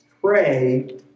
Pray